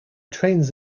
trains